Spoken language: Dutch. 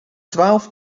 twaalf